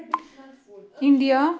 India